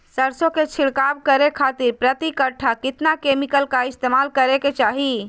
सरसों के छिड़काव करे खातिर प्रति कट्ठा कितना केमिकल का इस्तेमाल करे के चाही?